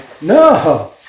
No